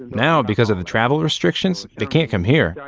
now because of the travel restrictions, they cannot come here,